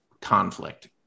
conflict